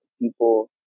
people